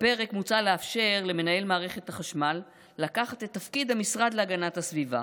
בפרק מוצע לאפשר למנהל מערכת החשמל לקחת את תפקיד המשרד להגנת הסביבה